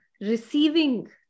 receiving